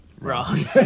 Wrong